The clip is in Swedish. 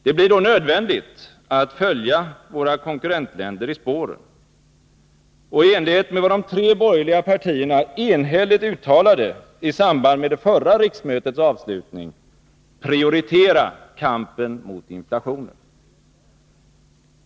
Det blir då nödvändigt att följa våra konkurrentländer i spåren och —i enlighet med vad de tre borgerliga partierna enhälligt uttalade i samband med det förra riksmötets avslutning — prioritera kampen mot inflationen.